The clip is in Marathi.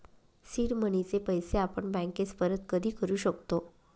सीड मनीचे पैसे आपण बँकेस परत कधी करू शकतो